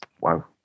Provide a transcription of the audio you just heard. Wow